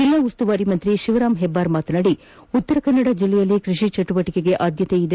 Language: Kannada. ಜೆಲ್ಲಾ ಉಸ್ತುವಾರಿ ಸಚಿವ ಶಿವರಾಂ ಹೆಬ್ಬಾರ್ ಮಾತನಾಡಿ ಉತ್ತರ ಕನ್ನಡ ಜಿಲ್ಲೆಯಲ್ಲಿ ಕೃಷಿ ಚಟುವಟಿಕೆಗಳಗೆ ಆದ್ಯತೆಯಿದೆ